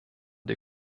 der